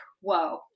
whoa